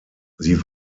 sie